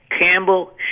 Campbell